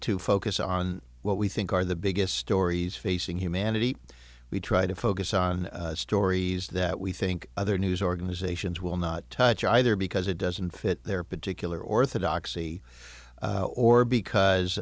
to focus on what we think are the biggest stories facing humanity we try to focus on stories that we think other news organizations will not touch either because it doesn't fit their particular orthodoxy or because